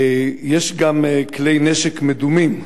יש גם כלי-נשק מדומים,